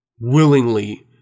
willingly